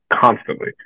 Constantly